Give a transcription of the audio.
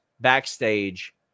backstage